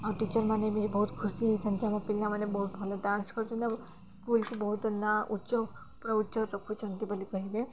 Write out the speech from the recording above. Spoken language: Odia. ଆଉ ଟିଚରମାନେ ବି ବହୁତ ଖୁସି ହେଇଥାନ୍ତି ଆମ ପିଲାମାନେ ବହୁତ ଭଲ ଡାନ୍ସ କରୁଛନ୍ତି ଆଉ ସ୍କୁଲ୍କୁ ବହୁତ ନା ଉଚ୍ଚ ପୁରା ଉଚ୍ଚରେ ରଖୁଛନ୍ତି ବୋଲି କହିବେ